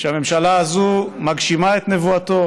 שהממשלה הזאת מגשימה את נבואתו: